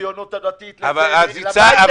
לציונות הדתית --- אבל, מיקי, הצעתי לך הצעה.